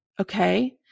Okay